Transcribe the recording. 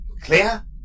Clear